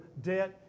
debt